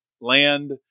land